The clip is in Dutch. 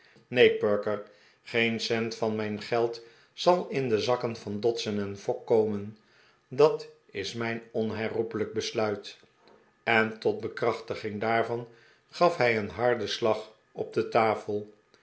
neen perker geen cent van mijn geld zal in de zakken van dodson en fogg komen dat is mijn onherroepelijk besluit en tot bekrachtiging daarvan gaf hij een harden slag op de tafel